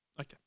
Okay